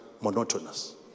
monotonous